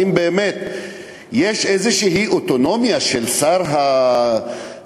האם באמת יש אוטונומיה כלשהי לשר האוצר,